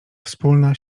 wspólna